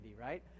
right